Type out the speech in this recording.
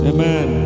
Amen